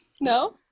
No